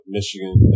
Michigan